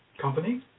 Company